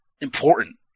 important